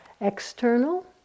external